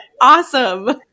awesome